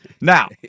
Now